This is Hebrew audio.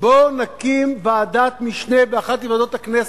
בואו נקים ועדת משנה באחת מוועדות הכנסת.